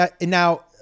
Now